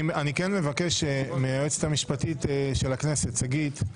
אני כן מבקש מהיועצת המשפטית של הכנסת, שגית,